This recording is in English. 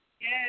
Yes